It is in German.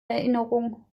erinnerung